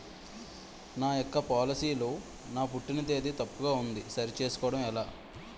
నా యెక్క పోలసీ లో నా పుట్టిన తేదీ తప్పు ఉంది సరి చేసుకోవడం ఎలా?